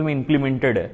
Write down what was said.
implemented